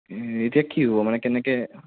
এতিয়া কি হ'ব মানে কেনেকৈ